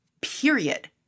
period